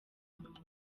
nyuma